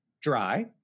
dry